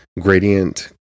gradient